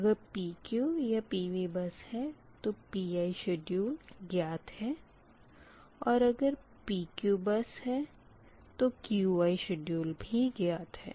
अगर PQ या PV bus है तो Pi शेड्यूल ज्ञात है और अगर PQ बस है तो Qi शेड्यूल भी ज्ञात है